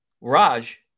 Raj